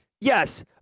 yes